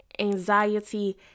anxiety